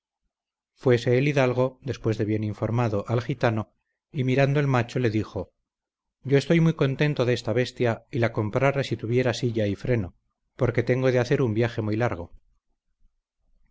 fuese el hidalgo después de bien informado al gitano y mirando el macho le dijo yo estoy muy contento de esta bestia y la comprara si tuviera silla y freno porque tengo de hacer un viaje muy largo